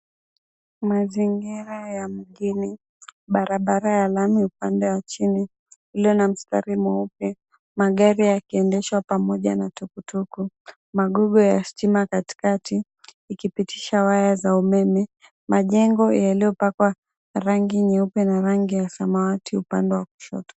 Mazingira ya mjini, barabara ya lami ikiwa upande wa chini ikiwa na msitari mweupe, magari yakiendeshwa pamoja na tukutuku. Magofu ya stima katikati ikipitisha waya za umeme. Majengo yaliyopakwa rangi nyeupe na rangi ya samawati upande wa kushoto.